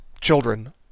children